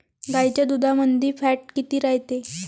गाईच्या दुधामंदी फॅट किती रायते?